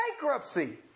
bankruptcy